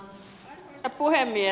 arvoisa puhemies